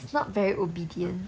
he's not very obedient